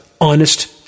honest